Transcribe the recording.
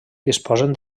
disposen